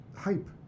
hype